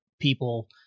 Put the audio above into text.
people